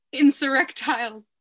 insurrectile